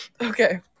Okay